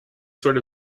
sort